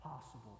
possible